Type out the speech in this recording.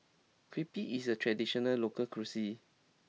Crepe is a traditional local cuisine